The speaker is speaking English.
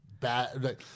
Bad